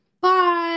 Bye